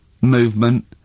movement